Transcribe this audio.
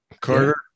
Carter